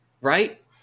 right